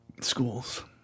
schools